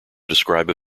describe